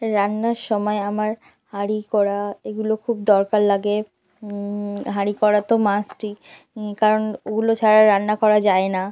রান্নার সময় আমার হাঁড়ি কড়া এগুলো খুব দরকার লাগে হাঁড়ি কড়া তো মাস্টই কারণ ওগুলো ছাড়া রান্না করা যায় না